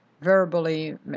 Verbally